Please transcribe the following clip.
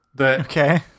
Okay